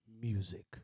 music